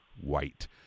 White